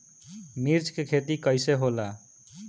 मिर्च के खेती कईसे होला?